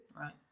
Right